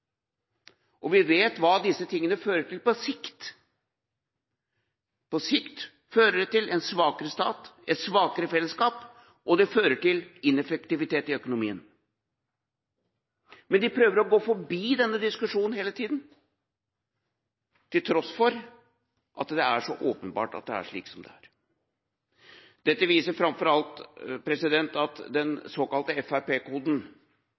på. Vi vet hva disse tingene fører til på sikt. På sikt fører det til en svakere stat og et svakere fellesskap, og det fører til ineffektivitet i økonomien. Men de prøver å gå forbi denne diskusjonen hele tiden, til tross for at det er så åpenbart at det er slik som det er. Dette viser framfor alt at